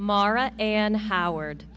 mara and howard